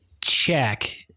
check